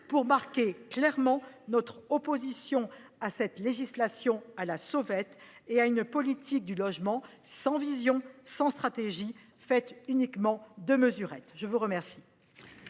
de marquer clairement notre opposition à cette législation à la sauvette et à une politique du logement sans vision et sans stratégie, faite seulement de mesurettes. Y a-t-il